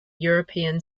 european